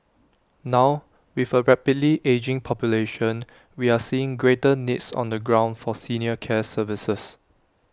now with A rapidly ageing population we are seeing greater needs on the ground for senior care services